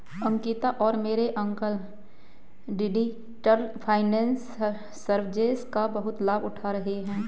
अंकिता और मेरे uncle digital finance services का बहुत लाभ उठा रहे हैं